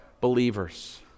believers